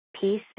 peace